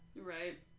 right